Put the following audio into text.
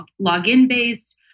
login-based